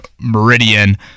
meridian